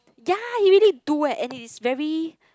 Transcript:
ya he already do eh and it is very